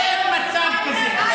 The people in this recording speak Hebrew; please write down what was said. אין מצב כזה.